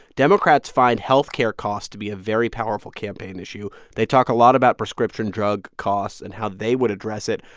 democrats find health care cost to be a very powerful campaign issue. they talk a lot about prescription drug costs and how they would address it.